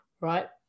right